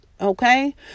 Okay